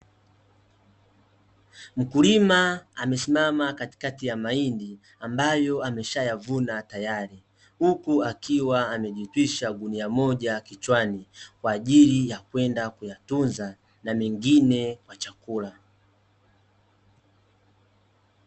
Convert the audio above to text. Mkulima amesimama katikati ya mahindi ,ambayo ameshayavuna tayari, huku akiwa amejitishwa gunia moja kichwani, kwaajili ya kwenda kuyatunza na mengine kwa chakula.